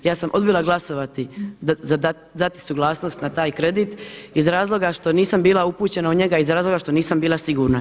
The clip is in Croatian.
Ja sam odbila glasovati, dati suglasnost na taj kredit iz razloga što nisam bila upućena u njega, iz razloga što nisam bila sigurna.